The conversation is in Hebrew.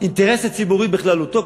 ובאינטרס הציבורי בכללותו,